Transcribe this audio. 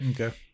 okay